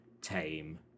tame